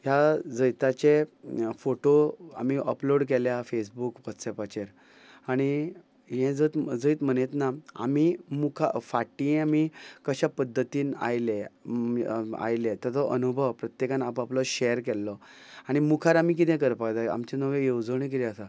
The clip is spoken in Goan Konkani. ह्या जैताचे फोटो आमी अपलोड केल्या फेसबूक वॉट्सॅपाचेर आनी हें जैत मनयतना आमी फाटीं आमी कश्या पद्दतीन आयले आयले ताचो अनुभव प्रत्येकान आपलो शेअर केल्लो आनी मुखार आमी कितें करपाक जाय आमचे नव्यो येवजण कितें आसा